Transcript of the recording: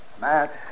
Matt